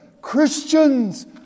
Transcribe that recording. Christians